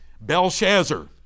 Belshazzar